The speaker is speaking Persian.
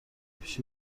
پیش